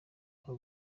aho